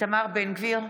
איתמר בן גביר,